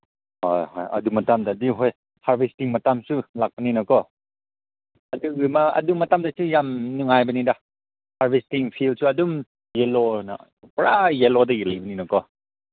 ꯍꯣꯏ ꯍꯣꯏ ꯑꯗꯨ ꯃꯇꯝꯗꯗꯤ ꯍꯣꯏ ꯍꯥꯔꯚꯦꯁꯇꯤꯡ ꯃꯇꯝꯁꯨ ꯂꯥꯛꯄꯅꯤꯅꯀꯣ ꯑꯗꯨꯗꯨꯃ ꯑꯗꯨ ꯃꯇꯝꯗꯨꯁꯨ ꯌꯥꯝ ꯅꯨꯡꯉꯥꯏꯕꯅꯤꯗ ꯍꯥꯔꯚꯦꯁꯇꯤꯡ ꯐꯤꯜꯁꯨ ꯑꯗꯨꯝ ꯌꯦꯂꯣ ꯑꯣꯏꯅ ꯄꯨꯔꯥ ꯌꯦꯂꯣꯗꯒꯤ ꯂꯩꯕꯅꯤꯅꯀꯣ